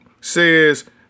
says